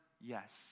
Yes